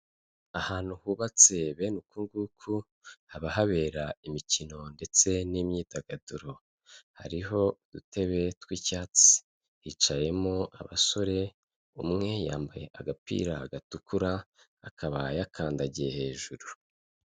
Ahantu hubatse bene uku nguku haba habera imikino ndetse n'imyidagaduro hariho udutebe tw'icyatsi hicayemo abasore umwe yambaye agapira gatukura akaba yakandagiye hejuru.